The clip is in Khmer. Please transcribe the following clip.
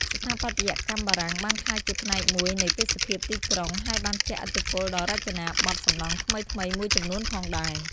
ស្ថាបត្យកម្មបារាំងបានក្លាយជាផ្នែកមួយនៃទេសភាពទីក្រុង ហើយបានជះឥទ្ធិពលដល់រចនាបថសំណង់ថ្មីៗមួយចំនួនផងដែរ។